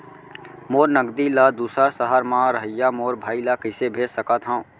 मोर नगदी ला दूसर सहर म रहइया मोर भाई ला कइसे भेज सकत हव?